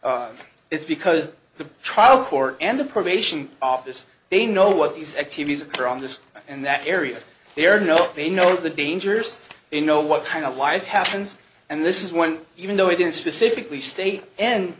d it's because the trial court and the probation office they know what these activities are on this and that area there know they know the dangers in know what kind of life happens and this is one even though i didn't specifically state in